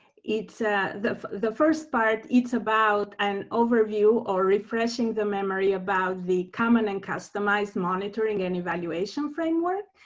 it's ah the the first part. it's about an overview or refreshing the memory about the common and customized monitoring and evaluation framework.